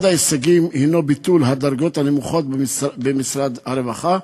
אחד ההישגים הוא ביטול הדרגות הנמוכות במשרד הרווחה,